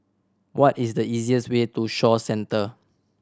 what is the easiest way to Shaw Centre